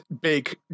big